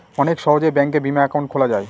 অনেক সহজে ব্যাঙ্কে বিমা একাউন্ট খোলা যায়